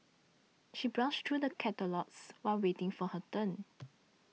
she browsed through the catalogues while waiting for her turn